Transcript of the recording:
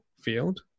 field